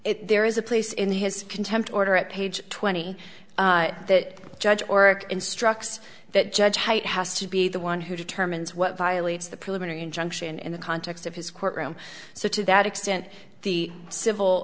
us there is a place in the his contempt order at page twenty that judge or instructs that judge white has to be the one who determines what violates the preliminary injunction in the context of his courtroom so to that extent the civil